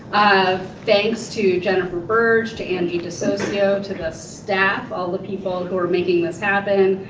thanks to jennifer birge, to angie desocio, to the staff, all the people who are making this happen.